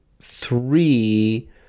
Three